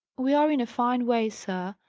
we are in a fine way, sir!